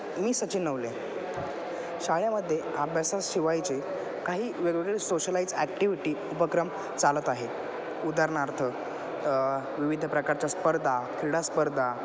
मी सचिन नवले शाळेमध्ये अभ्यासाशिवायचे काही वेगवेगळे सोशलाईज ॲक्टिविटी उपक्रम चालत आहे उदाहरणार्थ विविध प्रकारच्या स्पर्धा क्रीडास्पर्धा